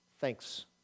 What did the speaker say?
Thanks